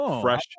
fresh